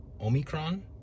Omicron